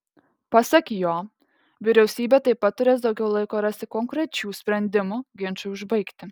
pasak jo vyriausybė taip pat turės daugiau laiko rasti konkrečių sprendimų ginčui užbaigti